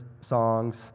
songs